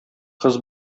кыз